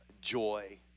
joy